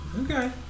Okay